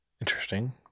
Interesting